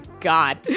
God